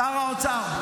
שר האוצר,